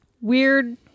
weird